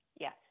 Yes